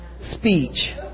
speech